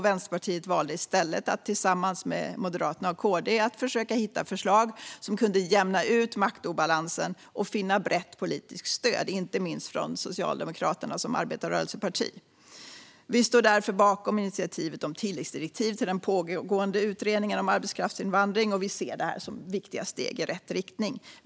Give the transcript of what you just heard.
Vänsterpartiet valde i stället att tillsammans med Moderaterna och KD försöka hitta förslag som kunde jämna ut maktobalansen och finna brett politiskt stöd, inte minst från Socialdemokraterna som arbetarrörelseparti. Vi står därför bakom initiativet om tilläggsdirektiv till den pågående utredningen om arbetskraftsinvandring, och vi ser detta som viktiga steg i rätt riktning.